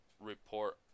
report